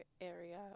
area